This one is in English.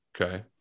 Okay